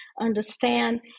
understand